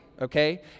Okay